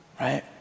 Right